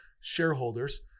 shareholders